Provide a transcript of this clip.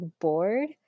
bored